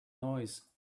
noise